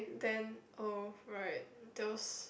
then oh right there was